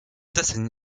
deseń